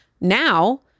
Now